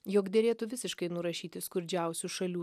jog derėtų visiškai nurašyti skurdžiausių šalių